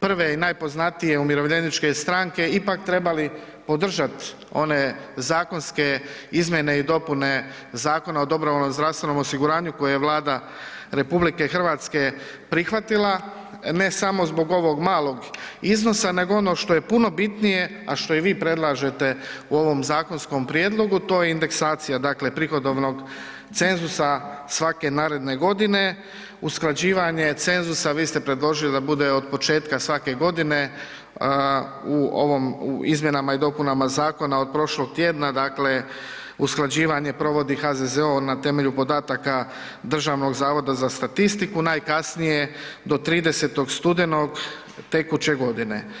prve i najpoznatije umirovljeničke stranke ipak trebali podržati one zakonske izmjene i dopune Zakona o dobrovoljnom zdravstvenom osiguranju koje je Vlada RH prihvatila, ne samo zbog ovog malog iznosa nego ono što je puno bitnije, a što i vi predlažete u ovom zakonskom prijedlogu, to je indeksacija dakle prihodovnog cenzusa svake neredne godine, usklađivanje cenzusa, vi ste predložili da bude od početka svake godine, u ovom, u izmjenama i dopunama zakona od prošlog tjedna, dakle, usklađivanje provodi HZZO na temelju podataka Državnog zavoda za statistiku, najkasnije do 30. studenog tekuće godine.